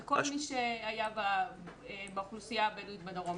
זה כל מי שהיה באוכלוסייה הבדואית בדרום.